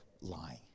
lying